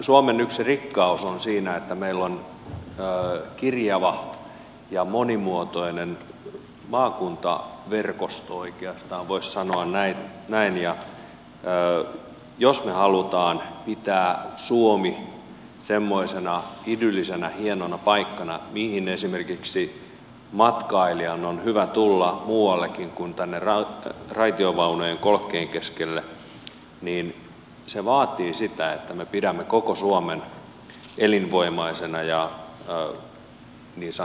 suomen yksi rikkaus on siinä että meillä on kirjava ja monimuotoinen maakuntaverkosto oikeastaan voisi sanoa näin ja jos me haluamme pitää suomen semmoisena idyllisenä hienona paikkana mihin esimerkiksi matkailijan on hyvä tulla muuallekin kuin tänne raitiovaunujen kolkkeen keskelle niin se vaatii sitä että me pidämme koko suomen elinvoimaisena ja niin sanotusti kunnossa